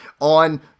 on